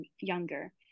younger